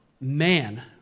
man